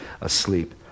asleep